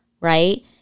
right